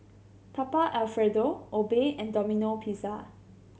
Papa Alfredo Obey and Domino Pizza